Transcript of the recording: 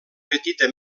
petita